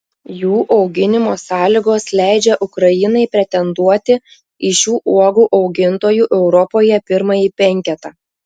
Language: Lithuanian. jų auginimo sąlygos leidžia ukrainai pretenduoti į šių uogų augintojų europoje pirmąjį penketą